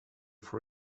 for